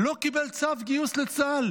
לא קיבל צו גיוס לצה"ל